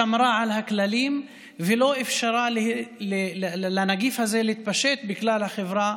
שמרה על הכללים ולא אפשרה לנגיף הזה להתפשט בכלל החברה